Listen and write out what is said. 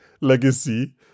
legacy